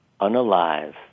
unalive